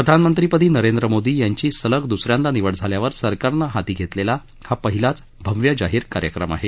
प्रधानमंत्रीपदी नरेंद्र मोदी यांची सलग द्स यांदा निवड झाल्यावर सरकारनं हाती घेतलेला हा पहिलाच भव्य जाहीर कार्यक्रम आहे